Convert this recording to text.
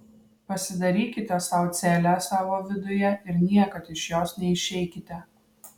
pasidarykite sau celę savo viduje ir niekad iš jos neišeikite